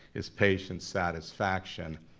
is patient satisfaction.